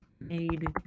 made